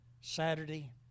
Saturday